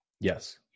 Yes